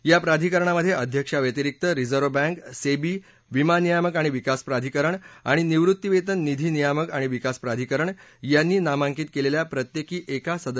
या प्राधिकरणामध्ये अध्यक्षाव्यतिरिक्त रिझर्ब बैंक सेबी विमा नियामक आणि विकास प्राधिकरण आणि निवृत्तीवेतन निधी नियामक आणि विकास प्राधिकरण यांनी नामांकित केलेल्या प्रत्येकी एका सदस्याचा समावेश असेल